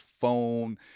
phone